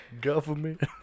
Government